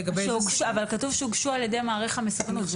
כתוב "שהוגשו על ידי מעריך המסוכנות".